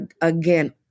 again